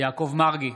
יעקב מרגי,